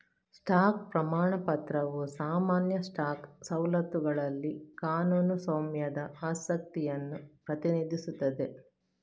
stock ಪ್ರಮಾಣ ಪತ್ರವು ಸಾಮಾನ್ಯ ಸ್ಟಾಕ್ ಸ್ವತ್ತುಗಳಲ್ಲಿ ಕಾನೂನು ಸ್ವಾಮ್ಯದ ಆಸಕ್ತಿಯನ್ನು ಪ್ರತಿನಿಧಿಸುತ್ತದೆ